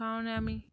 কাৰণে আমি